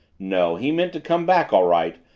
no, he meant to come back all right,